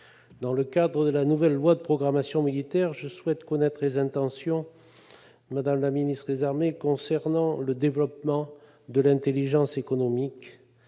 Dans le cadre de la nouvelle loi de programmation militaire, je souhaite connaître les intentions de Mme la ministre des armées concernant le développement de l'intelligence économique,